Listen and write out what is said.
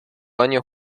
años